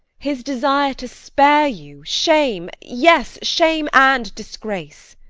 his desire to spare you shame, yes, shame and disgrace.